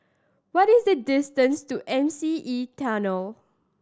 what is the distance to M C E Tunnel